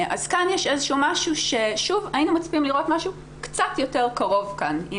כאן יש משהו שהיינו מצפים לראות משהו קצת יותר קרוב כאן.